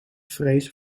vrezen